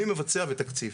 מי מבצע ותקציב.